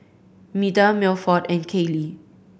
Meda Milford and Kallie